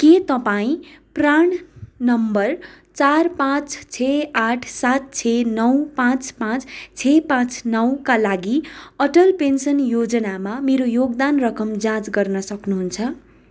के तपाईँँ PRAN number चार पाँच छ आठ सात छ नौ पाँच पाँच छ पाँच नौ का लागि अटल पेन्सन योजनामा मेरो योगदान रकम जाँच गर्न सक्नुहुन्छ